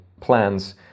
plans